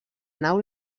nau